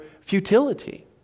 Futility